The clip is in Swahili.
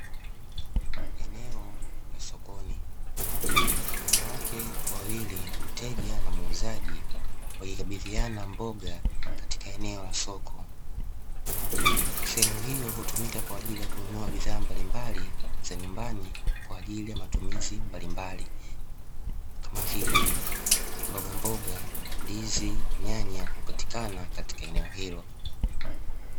Eneo la sokoni, wanawake wawili mteja na muuzaji wakikabidhiana mboga katika eneo la soko, sehemu hiyo hutumika kwa ajili ya kununua bidhaa mbalimbali za nyumbani kwa ajili ya matumizi mbalimbali kama vile mbogamboga, ndizi, nyanya hupatikana katika eneo hilo.